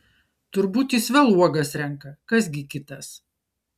turbūt jis vėl uogas renka kas gi kitas